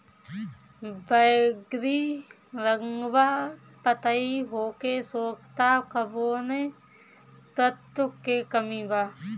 बैगरी रंगवा पतयी होके सुखता कौवने तत्व के कमी बा?